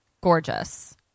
Gorgeous